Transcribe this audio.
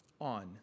on